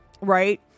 right